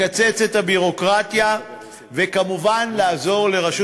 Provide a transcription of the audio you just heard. לקצץ את הביורוקרטיה וכמובן לעזור לרשות